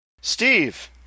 Steve